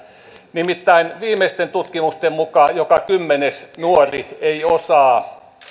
nimittäin viimeisten tutkimusten mukaan joka kymmenes nuori ei osaa